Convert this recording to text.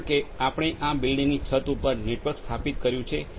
કારણ કે આપણે આ એક બિલ્ડિંગની છત ઉપર નેટવર્ક સ્થાપિત કર્યું છે